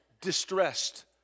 distressed